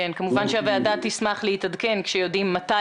כמובן שהוועדה תשמח להתעדכן כשתדעו מתי